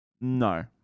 No